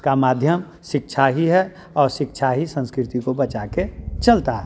का माध्यम शिक्षा ही है और शिक्षा ही संस्कृति को बचा के चलता है